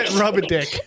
Rub-A-Dick